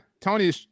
Tony